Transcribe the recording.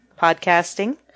podcasting